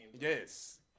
Yes